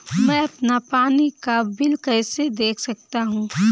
मैं अपना पानी का बिल कैसे देख सकता हूँ?